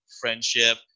friendship